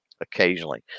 occasionally